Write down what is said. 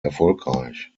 erfolgreich